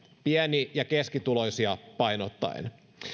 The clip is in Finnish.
pieni ja keskituloisia painottaen